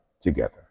together